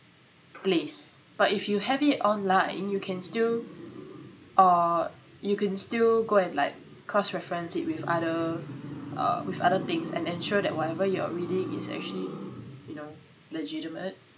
place but if you have it online you can still uh you can still go and like cross reference it with other uh with other things and ensure that whatever you're reading is actually you know legitimate